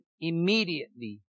immediately